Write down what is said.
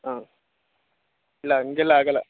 ಹಾಂ ಇಲ್ಲ ಹಂಗೆಲ್ಲ ಆಗೋಲ್ಲ